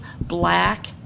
black